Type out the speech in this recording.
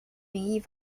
名义